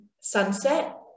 sunset